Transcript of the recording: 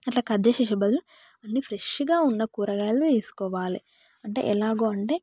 అట్లా కట్ చేసే బదులు అన్నీ ఫ్రెష్గా ఉన్న కూరగాయలు తీసుకోవాలి అంటే ఎలాగ అంటే